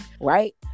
right